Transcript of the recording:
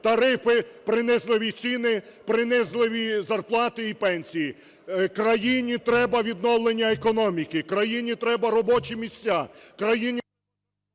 тарифи, принизливі ціни, принизливі зарплати і пенсії. Країні треба відновлення економіки, країні треба робочі місця,